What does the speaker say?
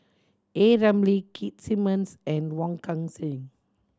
A Ramli Keith Simmons and Wong Kan Seng